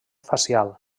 facial